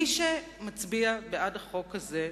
מי שמצביע בעד החוק הזה,